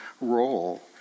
role